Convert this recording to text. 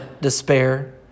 despair